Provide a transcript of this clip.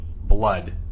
Blood